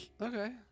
Okay